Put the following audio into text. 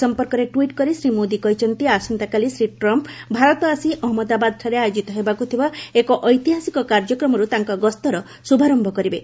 ଏ ସମ୍ପର୍କରେ ଟୁଇଟ୍ କରି ଶ୍ରୀମୋଦି କହିଛନ୍ତି ଆସନ୍ତାକାଲି ଶ୍ରୀ ଟ୍ରମ୍ପ ଭାରତ ଆସି ଅହଜ୍ଞଦାବାଦଠାରେ ଆୟୋଜିତ ହେବାକୃ ଥିବା ଏକ ଐତିହାସିକ କାର୍ଯ୍ୟକ୍ରମରୁ ତାଙ୍କ ଗସ୍ତର ଶୁଭାରମ୍ଭ କରିବେ